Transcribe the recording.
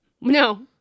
No